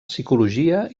psicologia